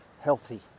healthy